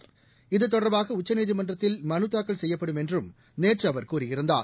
திரு இத்தொடர்பாக உச்சநீதிமன்றத்தில் மனுதாக்கல் செய்யப்படும் என்றும் நேற்றுஅவர் கூறியிருந்தார்